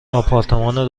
آپارتمان